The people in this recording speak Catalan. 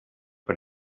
per